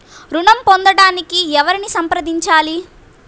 ఋణం పొందటానికి ఎవరిని సంప్రదించాలి?